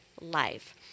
life